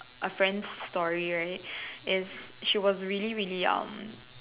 a friend's story right is she was really really um